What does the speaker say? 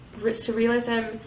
surrealism